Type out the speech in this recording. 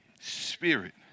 Spirit